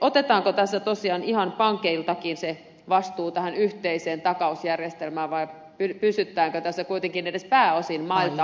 otetaanko tässä tosiaan pankeiltakin se vastuu tähän yhteiseen takausjärjestelmään vai pysytäänkö tässä kuitenkin edes pääosin mailta maille vastuissa